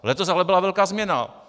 Letos ale byla velká změna.